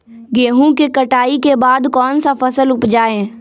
गेंहू के कटाई के बाद कौन सा फसल उप जाए?